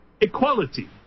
equality